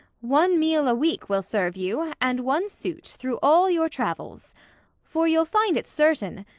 one meal a week will serve you, and one sute, through all your travels for you'll find it certain,